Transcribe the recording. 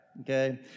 Okay